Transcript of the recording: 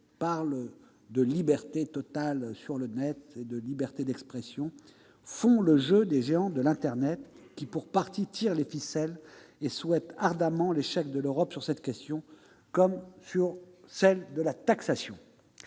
évoquent la liberté totale et la liberté d'expression sur le Net, font le jeu des géants de l'internet, qui pour partie tirent les ficelles et souhaitent ardemment l'échec de l'Europe sur cette question, comme sur celle de la taxation.